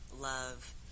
love